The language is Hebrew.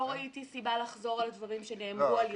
לא ראיתי סיבה לחזור על הדברים שנאמרו על ידו.